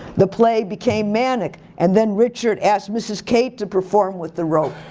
the play became manic and then richard asked mrs. k to perform with the rope.